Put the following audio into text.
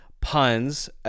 puns